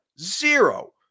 zero